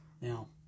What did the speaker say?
Now